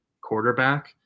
quarterback